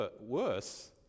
worse